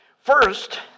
First